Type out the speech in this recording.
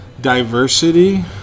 diversity